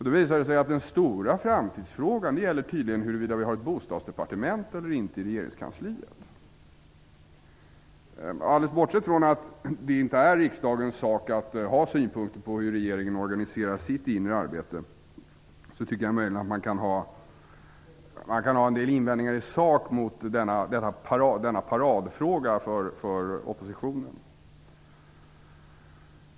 Då visar det sig att den stora framtidsfrågan är huruvida det skall finnas ett bostadsdepartement eller inte i regeringskansliet. Alldeles bortsett från att det inte är riksdagens sak att ha synpunkter på hur regeringen organiserar sitt inre arbete tycker jag att man kan ha en del invändningar i sak vad gäller denna paradfråga för oppositionen.